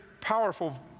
powerful